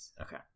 Okay